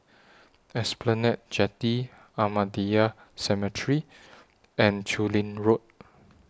Esplanade Jetty Ahmadiyya Cemetery and Chu Lin Road